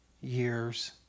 years